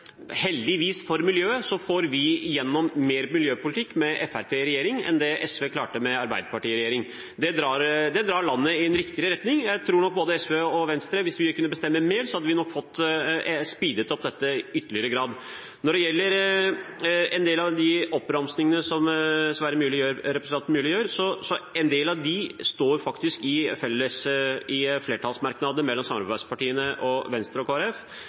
heldigvis for miljøet – får gjennom mer miljøpolitikk med Fremskrittspartiet i regjering enn det SV klarte med arbeiderpartiregjering. Det drar landet i en riktigere retning. Jeg tror nok at hvis både SV og Venstre kunne bestemme mer, hadde vi nok fått «speedet» opp dette i ytterligere grad. Når det gjelder en del av de oppramsingene som representanten Myrli gjør, står en del av dem faktisk i flertallsmerknadene mellom samarbeidspartiene og Venstre og